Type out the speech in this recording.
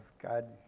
God